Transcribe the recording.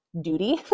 duty